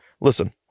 Listen